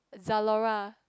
Zalora